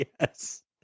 yes